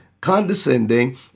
condescending